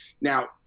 now